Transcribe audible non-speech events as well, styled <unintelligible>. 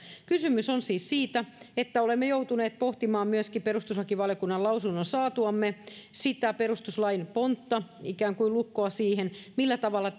kysymys on siis siitä että olemme joutuneet pohtimaan myöskin perustuslakivaliokunnan lausunnon saatuamme sitä perustuslain pontta ikään kuin lukkoa siihen millä tavalla <unintelligible>